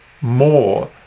more